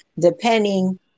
depending